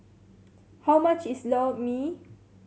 how much is Lor Mee